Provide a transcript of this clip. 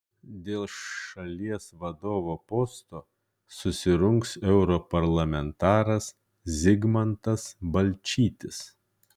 dėl šalies vadovo posto susirungs europarlamentaras zigmantas balčytis